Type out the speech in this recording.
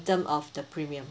term of the premium